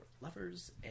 lovers